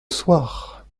soir